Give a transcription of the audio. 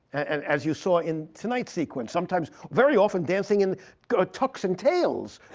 and as you saw in tonight's sequence, sometimes very often dancing in a tux and tails.